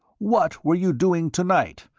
what were you doing tonight,